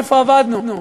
איפה אבדנו?